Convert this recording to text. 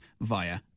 via